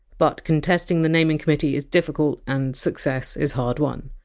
but contesting the naming committee is difficult and success is hard-won.